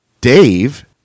Dave